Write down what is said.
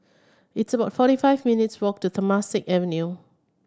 it's about forty five minutes' walk to Temasek Avenue